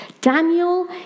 Daniel